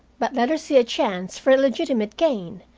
but let her see a chance for illegitimate gain,